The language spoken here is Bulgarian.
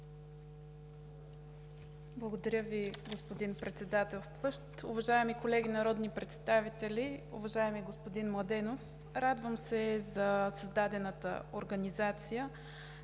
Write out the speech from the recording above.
Благодаря Ви, господин Председателстващ. Уважаеми колеги народни представители! Уважаеми господин Маринов, радвам се за създадената организация,